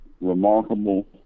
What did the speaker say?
remarkable